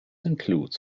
includes